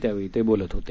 त्यावेळी ते बोलत होते